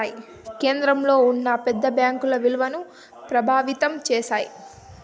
కేంద్రంలో ఉన్న పెద్ద బ్యాంకుల ఇలువను ప్రభావితం చేస్తాయి